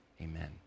amen